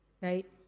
Right